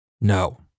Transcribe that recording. No